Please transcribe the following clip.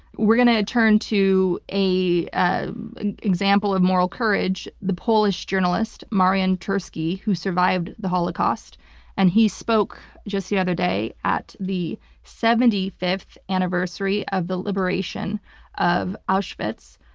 we're going to turn to ah an example of moral courage. the polish journalist, marian turski, who survived the holocaust and he spoke just the other day at the seventy fifth anniversary of the liberation of auschwitz,